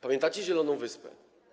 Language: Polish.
Pamiętacie zieloną wyspę?